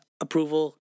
approval